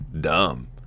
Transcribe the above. dumb